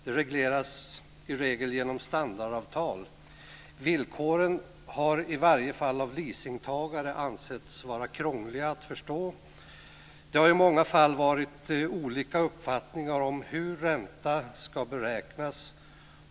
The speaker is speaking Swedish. Det regleras i allmänhet genom standardavtal. Villkoren har i alla fall av leasingtagare ansetts vara krångliga att förstå. Det har i många fall varit olika uppfattningar om hur ränta ska beräknas.